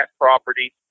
property